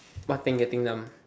what thing getting numb